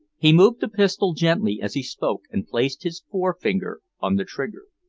he moved the pistol gently as he spoke, and placed his forefinger on the trigger.